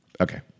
Okay